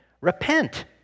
Repent